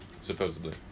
supposedly